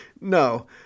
no